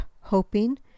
hoping